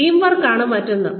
team വർക്കാണ് മറ്റൊന്ന്